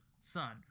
son